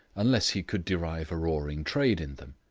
unless he could drive a roaring trade in them.